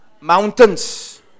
mountains